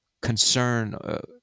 concern